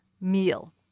meal